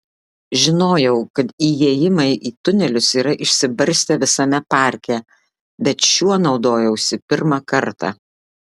žinojau kad įėjimai į tunelius yra išsibarstę visame parke bet šiuo naudojausi pirmą kartą